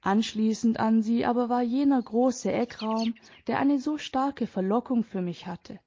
anschließend an sie aber war jener große eckraum der eine so starke verlockung für mich hatte